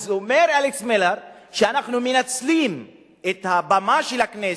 אז אומר אלכס מילר שאנחנו מנצלים את הבמה של הכנסת,